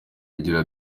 igira